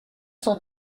cent